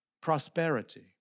prosperity